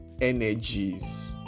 energies